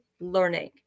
learning